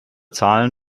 zahlen